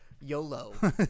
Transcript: Yolo